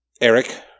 Eric